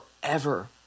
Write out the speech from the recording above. forever